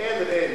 האמיתית אין ע'.